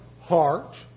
heart